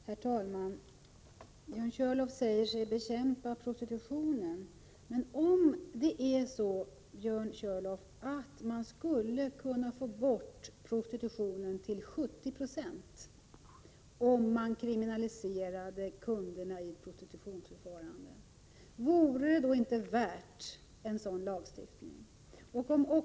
Herr talman! Björn Körlof säger sig bekämpa prostitutionen. Om man skulle kunna få bort prostitutionen till 70 26 genom att kriminalisera kundernas beteende i ett prostitutionsförfarande, Björn Körlof, vore det inte värt en sådan lagstiftning?